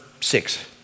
six